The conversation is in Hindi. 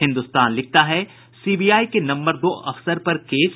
हिन्दुस्तान लिखता है सीबीआई के नम्बर दो अफसर पर केस